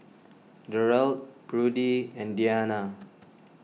Derald Prudie and Dianna